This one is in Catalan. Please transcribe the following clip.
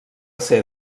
ser